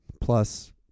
plus